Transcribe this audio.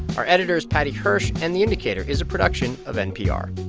our editor is paddy hirsch, and the indicator is a production of npr